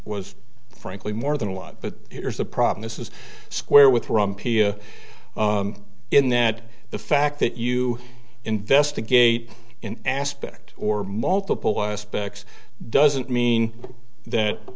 was frankly more than a lot but here's the problem this is square with rahm pia in that the fact that you investigate in aspect or multiple aspects doesn't mean that